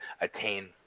attain